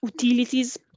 utilities